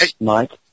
Mike